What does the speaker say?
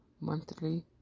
monthly